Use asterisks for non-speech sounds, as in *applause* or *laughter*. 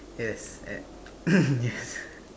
yes at *noise* yes